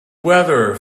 weather